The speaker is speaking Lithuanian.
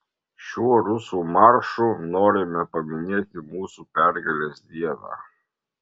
šiuo rusų maršu norime paminėti mūsų pergalės dieną